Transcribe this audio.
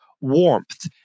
warmth